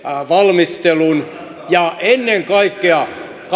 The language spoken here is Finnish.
valmistelun ja ennen kaikkea